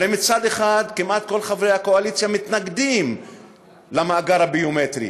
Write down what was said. הרי מצד אחד כמעט כל חברי הקואליציה מתנגדים למאגר הביומטרי,